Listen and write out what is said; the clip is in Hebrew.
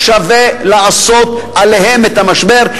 שווה לעשות עליהם את המשבר.